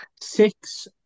Six